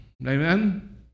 amen